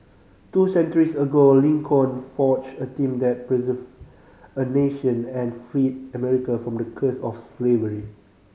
two centuries ago Lincoln forged a team that a nation and freed America from the curse of slavery